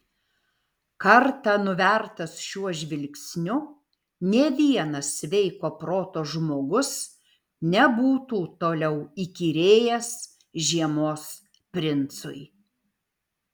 kartą nuvertas šiuo žvilgsniu nė vienas sveiko proto žmogus nebūtų toliau įkyrėjęs žiemos princui